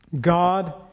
God